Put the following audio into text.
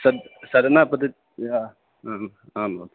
सद् साधना पद्धत्या आम् महोदय